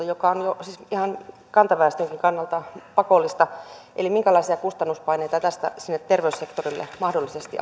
joka on jo siis ihan kantaväestönkin kannalta pakollista kustannuksiksi eli minkälaisia kustannuspaineita tästä sinne terveyssektorille mahdollisesti